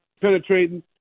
penetrating